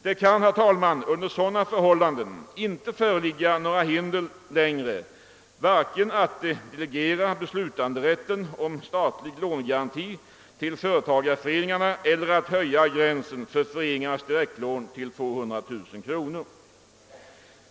Det kan, herr talman, under sådana förhållanden inte längre föreligga några hinder för att vare sig delegera beslutanderätten om statlig lånegaranti till företagareföreningarna eller höja gränsen för föreningarnas direktlån till 200 000 kronor.